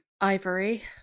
Ivory